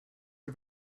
are